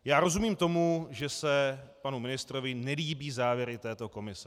Já rozumím tomu, že se panu ministrovi nelíbí závěry této komise.